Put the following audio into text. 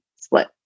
split